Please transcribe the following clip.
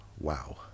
Wow